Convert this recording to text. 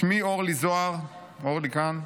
שמי אורלי זוהר, אורלי כאן,